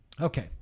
Okay